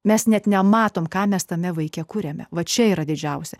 mes net nematome ką mes tame vaike kuriame va čia yra didžiausia